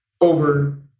over